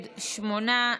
הראשונה,